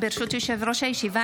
ברשות יושב-ראש הישיבה,